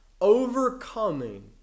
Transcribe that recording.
overcoming